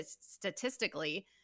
statistically